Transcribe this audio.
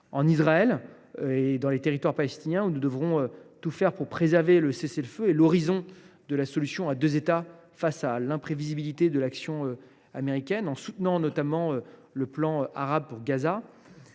En Israël et dans les territoires palestiniens, il nous importe de tout faire pour préserver le cessez le feu et la perspective d’une solution à deux États, face à l’imprévisibilité de l’action américaine, en soutenant unanimement le plan arabe pour Gaza.